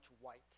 white